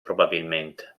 probabilmente